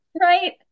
Right